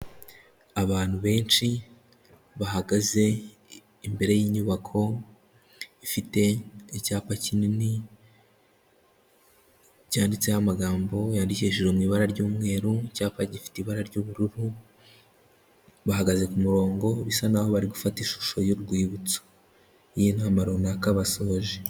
Abantu benshi bahagaze imbere y'inyubako ifite icyapa kinini cyanditseho amagambo yandikeje mu ibara ry'umweru, icyapa gifite ibara ry'ubururu, bahagaze ku murongo bisa n'aho bari gufata ishusho y'urwibutso y'inama runaka basoje.